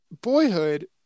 boyhood